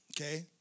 okay